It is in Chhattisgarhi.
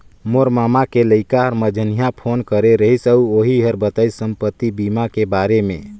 मोर ममा के लइका हर मंझिन्हा फोन करे रहिस अउ ओही हर बताइस संपति बीमा के बारे मे